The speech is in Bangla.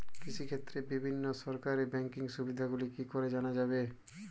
কৃষিক্ষেত্রে বিভিন্ন সরকারি ব্যকিং সুবিধাগুলি কি করে জানা যাবে?